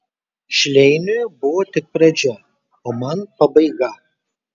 šleiniui buvo tik pradžia o man pabaiga